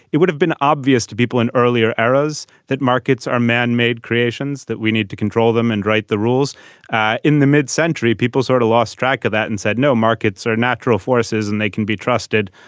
it would have been obvious to people in earlier eras that markets are manmade creations that we need to control them and write the rules ah in the mid century. people sort of lost track of that and said no markets are natural forces and they can be trusted.